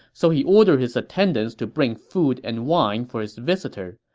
so he ordered his attendants to bring food and wine for his visitor.